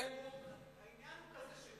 העניין הוא כזה,